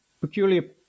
peculiar